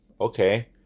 okay